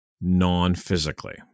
non-physically